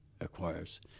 acquires